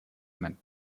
men